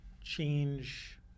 change